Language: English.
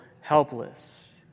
helpless